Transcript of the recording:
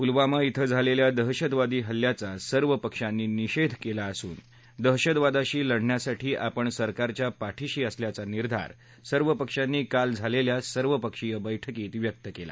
पुलवामा ाश्वे झालेल्या दहशतवादी हल्ल्याचा सर्व पक्षांनी निषेध केला असून दहशतवादाशी लढण्यासाठी आपण सरकारच्या पाठिशी असल्याचा निर्धार सर्व पक्षांनी काल झालेल्या सर्वपक्षीय बैठकीत व्यक्त केला